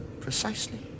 precisely